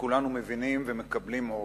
וכולנו מבינים או מקבלים,